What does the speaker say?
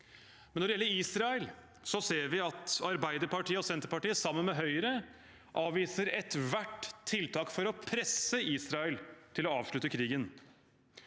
ut. Når det gjelder Israel, ser vi imidlertid at Arbeiderpartiet og Senterpartiet, sammen med Høyre, avviser ethvert tiltak for å presse Israel til å avslutte krigen.